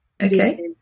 Okay